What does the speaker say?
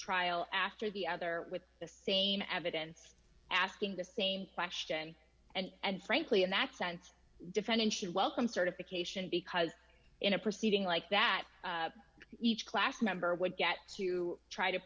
trial after the other with the same evidence asking the same question and frankly in that sense defendant should welcome certification because in a proceeding like that each class member would get to try to